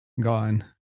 gone